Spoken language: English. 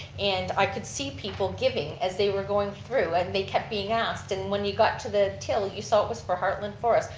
and i could see people giving as they were going through and they kept being asked and when you got to the till, you saw it was for heartland forest,